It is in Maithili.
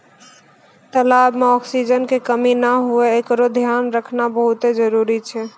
तलाब में ऑक्सीजन के कमी नै हुवे एकरोॅ धियान रखना बहुत्ते जरूरी छै